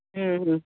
ᱦᱩᱸ ᱦᱩᱸ